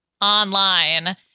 Online